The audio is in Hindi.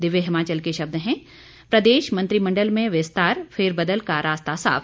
दिव्य हिमाचल के शब्द हैं प्रदेश मंत्रिमंडल में विस्तार फेरबदल का रास्ता साफ